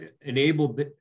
enabled